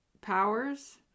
powers